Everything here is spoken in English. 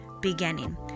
beginning